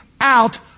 out